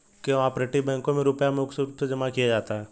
को आपरेटिव बैंकों मे रुपया मुख्य रूप से जमा किया जाता है